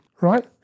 right